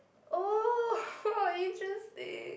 oh interesting